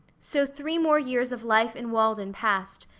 so three more years of life in walden passed,